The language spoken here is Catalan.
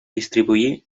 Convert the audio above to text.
distribuir